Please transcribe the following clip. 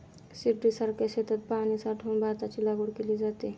शिर्डीसारख्या शेतात पाणी साठवून भाताची लागवड केली जाते